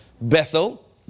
Bethel